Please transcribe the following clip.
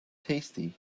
tasty